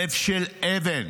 לב של אבן.